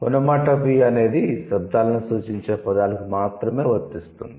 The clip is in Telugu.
'ఒనోమాటోపియా' అనేది శబ్దాలను సూచించే పదాలకు మాత్రమే వర్తిస్తుంది